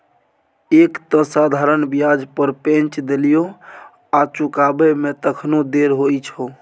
एक तँ साधारण ब्याज पर पैंच देलियौ आ चुकाबै मे तखनो देर होइ छौ